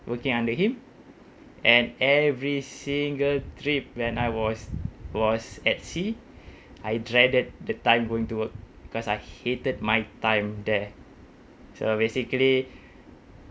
working under him and every single trip when I was was at sea I dreaded the time going to work because I hated my time there so basically